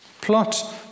Plot